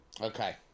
Okay